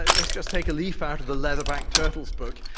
let's just take a leaf out of the leatherback turtle's book.